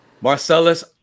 Marcellus